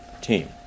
team